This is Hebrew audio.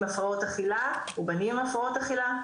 הפרעות אכילה או בנים עם הפרעות אכילה,